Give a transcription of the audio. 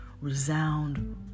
resound